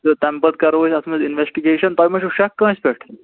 تہٕ تَمہِ پَتہٕ کَرو وۄنۍ اَتھ منٛز اِنوٮ۪سٹِگیشَن تۄہہِ ما چھُو شک کٲنسہِ پٮ۪ٹھ